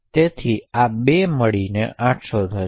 તેથી આ 2 મળીને 800 થશે